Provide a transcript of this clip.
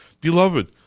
Beloved